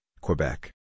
Quebec